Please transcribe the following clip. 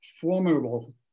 formidable